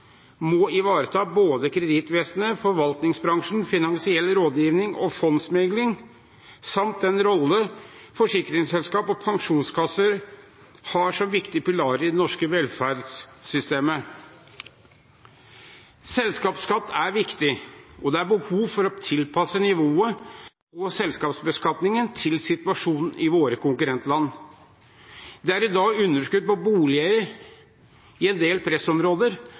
må ivareta både kredittvesenet, forvaltningsbransjen, finansiell rådgiving og fondsmegling samt den rollen forsikringsselskap og pensjonskasser har som viktige pilarer i det norske velferdssystemet. Selskapsskatt er viktig, og det er behov for å tilpasse nivået på selskapsbeskatningen til situasjonen i våre konkurrentland. Det er i